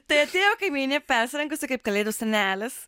tai atėjo kaimynė persirengusi kaip kalėdų senelis